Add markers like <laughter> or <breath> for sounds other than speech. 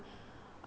<breath>